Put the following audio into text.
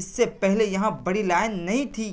اس سے پہلے یہاں بڑی لائن نہیں تھی